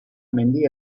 mendi